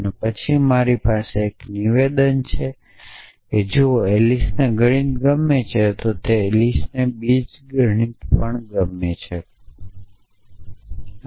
અને પછી મારી પાસે એક નિવેદન છે જો એલિસને ગણિત ગમે છે તો એલિસ બીજગણિત પસંદ કરે છે